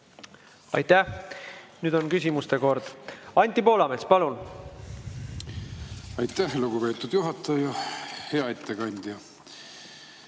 Aitäh! Nüüd on küsimuste kord. Anti Poolamets, palun! Aitäh, lugupeetud juhataja! Hea ettekandja!